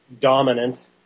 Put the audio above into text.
dominant